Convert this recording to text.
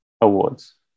awards